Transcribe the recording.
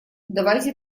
давайте